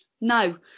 No